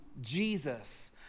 Jesus